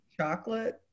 chocolate